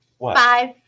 five